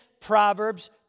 Proverbs